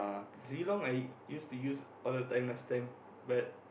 Zilong I used to use all the time last time but